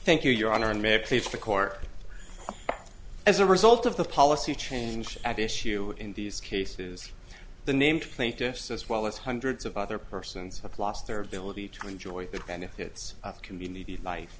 thank you your honor i'm very pleased the court as a result of the policy change at issue in these cases the named plaintiffs as well as hundreds of other persons have lost their ability to enjoy the benefits of community life